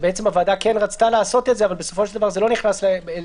בעצם הוועדה כן רצתה לעשות אבל בסופו של דבר זה לא נכנס לנוסח,